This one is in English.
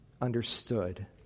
understood